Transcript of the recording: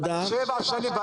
כבר שבע שנים.